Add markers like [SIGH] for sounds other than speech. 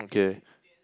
okay [NOISE]